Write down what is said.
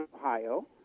Ohio